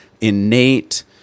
Innate